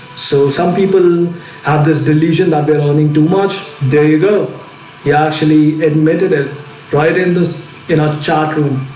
so some people have this delusion that they're learning too much. there you go he actually admitted it right in the in our chat room